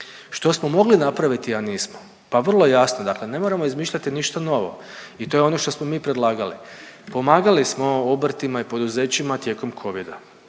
Što smo mogli napraviti a nismo? Pa vrlo jasno, dakle ne moramo izmišljati ništa novo i to je ono što smo mi predlagali. Pomagali smo obrtima i poduzećima tijekom covida.